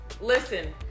listen